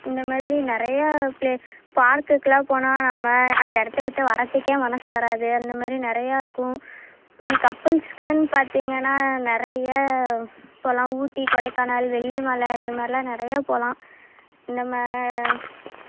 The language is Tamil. இந்த மாதிரி நிறைய பிளே பார்க்குக்கெலாம் போனால் நம்ம அந்த இடத்த விட்டு வர்றதுக்கே மனது வராது அந்தமேரி நிறையா இருக்கும் கப்பிள்ஸ்குனு பார்த்தீங்கனா நிறைய இப்போலாம் ஊட்டி கொடைக்கானல் வெள்ளி மலை இந்தமாதிரிலாம் நிறைய போகலாம் நம்ம